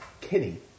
Kenny